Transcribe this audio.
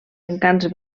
encants